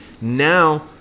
Now